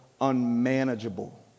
unmanageable